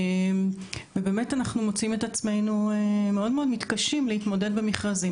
אנחנו מוצאים את עצמנו מאוד מאוד מתקשים להתמודד במכרזים